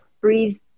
breathe